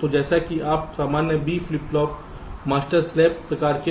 तो जैसा कि आप सामान्य B flip flop master slave प्रकार